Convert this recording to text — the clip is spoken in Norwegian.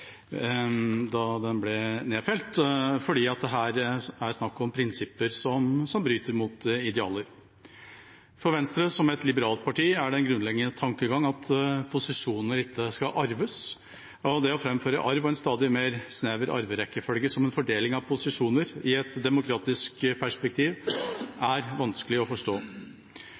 da den ble nedfelt, for det er snakk om prinsipper som bryter med idealer. For Venstre, som et liberalt parti, er det en grunnleggende tankegang at posisjoner ikke skal arves. At man kan framføre arv og en stadig snevrere arverekkefølge som en fordeling av posisjoner i et demokratisk perspektiv, er vanskelig å forstå.